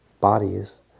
bodies